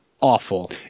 awful